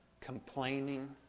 Complaining